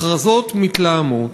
הכרזות מתלהמות,